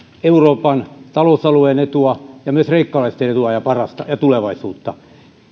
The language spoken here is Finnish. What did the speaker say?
euroopan talousalueen etua ja myös kreikkalaisten etua ja parasta ja tulevaisuutta